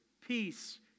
peace